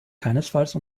keinesfalls